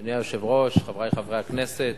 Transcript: אדוני היושב-ראש, חברי חברי הכנסת,